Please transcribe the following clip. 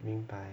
明白